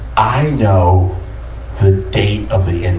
i know the date of the end